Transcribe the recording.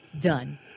done